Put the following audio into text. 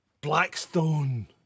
Blackstone